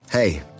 Hey